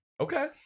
Okay